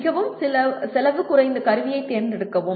மிகவும் செலவு குறைந்த கருவியைத் தேர்ந்தெடுக்கவும்